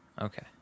okay